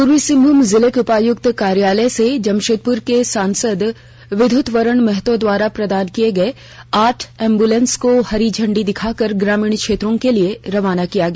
पूर्वी सिंहभूम जिले के उपायुक्त कार्यालय से जमशेदपुर के सांसद विद्युत वरण महतो द्वारा प्रदान किए गए आठ एंबुलेंस को हरी झंडी दिखाकर ग्रामीण क्षेत्रों के लिए रवाना किया गया